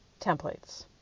templates